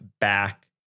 back